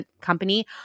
company